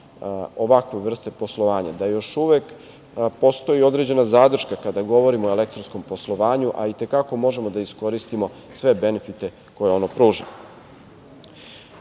ovakve vrste poslovanja, da još uvek postoji određena zadrška kada govorimo o elektronskom poslovanju, a i te kako možemo da iskoristimo sve benefite koje ono pruža. Dobro